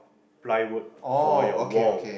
plywood for your wall